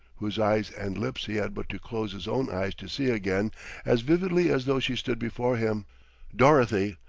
whose eyes and lips he had but to close his own eyes to see again as vividly as though she stood before him dorothy,